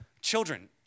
children